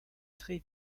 très